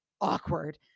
awkward